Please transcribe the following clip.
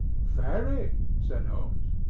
very, said holmes.